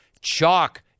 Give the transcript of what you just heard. Chalk